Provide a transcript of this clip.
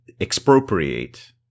expropriate